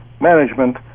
management